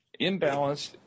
imbalanced